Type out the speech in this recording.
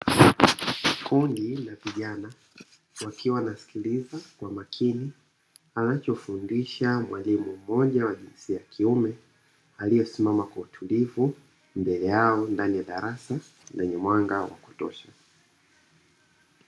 Kundi la vijana wakiwa wanasikiliza kwa makini anachofundisha mwalimu mmoja wa jinsia ya kiume aliyesimama kwa utulivu mbele yao, ndani ya darasa lenye mwanga wa kutosha.